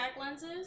lenses